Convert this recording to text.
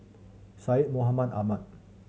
Syed Mohamed Ahmed